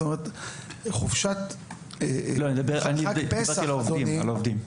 אני דיברתי על העובדים.